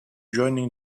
joining